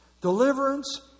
Deliverance